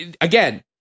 again